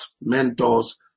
mentors